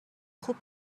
خوب